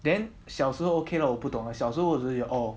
then 小时候 okay lah 我不懂 leh 小时候我只会 orh